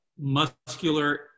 muscular